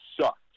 sucked